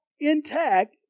intact